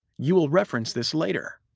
you will reference this later.